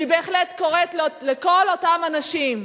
אני בהחלט קוראת לכל אותם אנשים